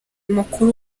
mukuru